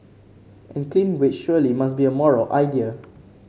and clean wage surely must be a moral idea